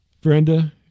Brenda